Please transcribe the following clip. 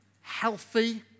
healthy